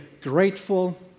grateful